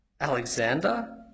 Alexander